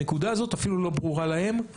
הנקודה הזאת אפילו לא ברורה להם.